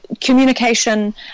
communication